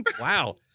Wow